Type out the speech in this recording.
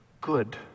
Good